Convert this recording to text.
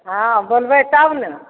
हाँ बोलबै तब ने